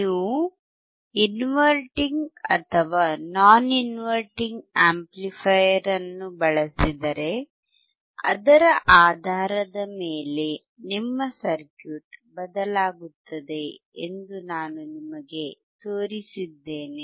ನೀವು ಇನ್ವರ್ಟಿಂಗ್ ಅಥವಾ non inverting amplifier ಅನ್ನು ಬಳಸಿದರೆ ಅದರ ಆಧಾರದ ಮೇಲೆ ನಿಮ್ಮ ಸರ್ಕ್ಯೂಟ್ ಬದಲಾಗುತ್ತದೆ ಎಂದು ನಾನು ನಿಮಗೆ ತೋರಿಸಿದ್ದೇನೆ